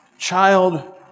Child